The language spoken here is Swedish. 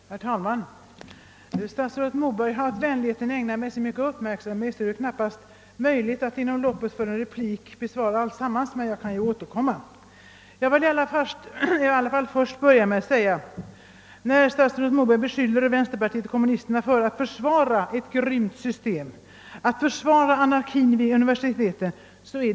Herr talman! Statsrådet Moberg har haft vänligheten att ägna mig så mycken uppmärksamhet att det knappast är möjligt för mig att i en replik besvara allt — men jag kan ju återkomma. Herr Moberg beskyllde vänsterpartiet kommunisterna för att försvara ett grymt system, att försvara anarkin vid universiteten.